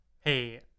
hey